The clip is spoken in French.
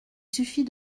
suffit